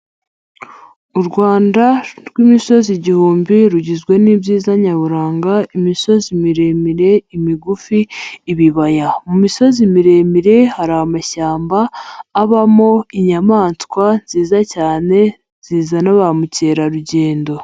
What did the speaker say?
U Rwanda rw'imisozi igihumbi rugizwe n'ibyiza nyaburanga imisozi miremire, imigufi, ibibaya. Mu misozi miremire hari amashyamba abamo inyamaswa nziza cyane zizana ba mukerarugendo.